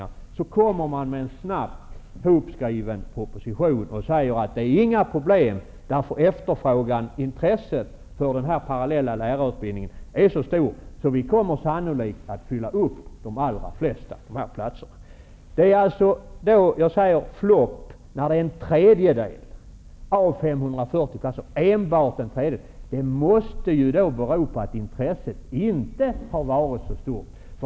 I det läget kommer regeringen med en snabbt hopskriven proposition och säger: Intresset för en parallell lärarutbildning är så stort att vi sannolikt kommer att fylla upp de flesta platserna. När jag säger att det är en flopp menar jag att eftersom bara en tredjedel av de 540 platserna är besatta, måste det bero på att intresset inte var så stort.